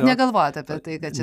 negalvojot apie tai kad čia